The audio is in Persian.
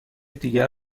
دیگر